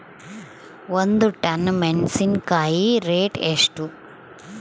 ಒಂದು ಟನ್ ಮೆನೆಸಿನಕಾಯಿ ರೇಟ್ ಎಷ್ಟು?